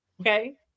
Okay